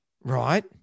right